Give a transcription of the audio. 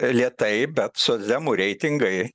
lėtai bet socdemų reitingai